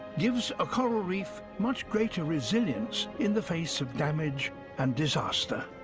gives a coral reef much greater resilience in the face of damage and disaster.